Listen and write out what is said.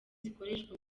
zikoreshwa